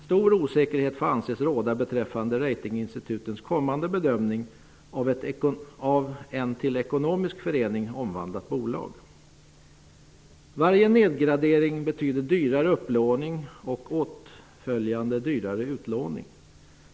Stor osäkerhet får anses råda beträffande ratinginstitutets kommande bedömning av ett till ekonomisk förening ombildat bolag. Varje nedgradering betyder dyrare upplåning och åtföljande dyrare utlåning.